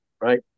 right